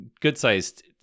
good-sized